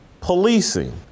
policing